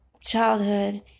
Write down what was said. childhood